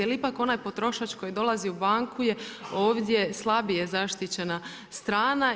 Jer ipak onaj potrošač koji dolazi u banku ovdje je slabije zaštićena strana.